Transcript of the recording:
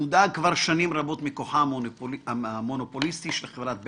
מודאג כבר שנים רבות מכוחה המונופוליסטי של חברת בזק,